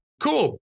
cool